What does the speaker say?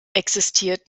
existiert